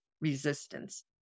resistance